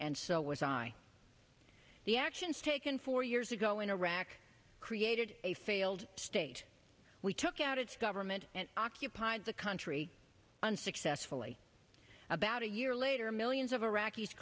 and so was i the actions taken four years ago in iraq created a failed state we took out its government and occupied the country unsuccessfully about a year later millions of iraqis